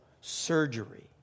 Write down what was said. surgery